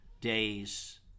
days